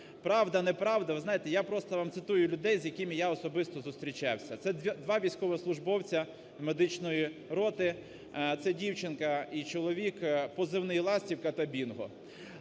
Правда, не правда, ви знаєте, я просто вам цитую людей, з якими я особисто зустрічався. Це два військовослужбовця медичної роти, це дівчинка і чоловік, позивний "Ластівка" та "Бінго".